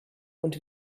und